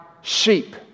sheep